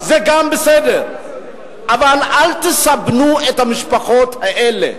זה גם בסדר, אבל אל תסבנו את המשפחות האלה.